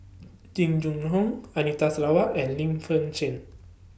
Jing Jun Hong Anita Sarawak and Lim Shen